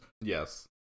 Yes